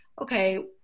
okay